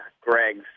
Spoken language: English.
Greg's